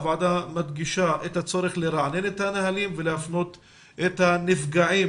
הוועדה מדגישה את הצורך לרענן את הנהלים ולהפנות את הנפגעים